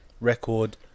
record